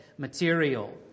material